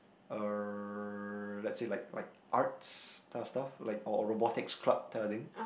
uh let's say like like arts type of stuff like or robotics club type of thing